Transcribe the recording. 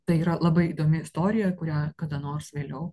tai yra labai įdomi istorija kurią kada nors vėliau